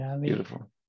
Beautiful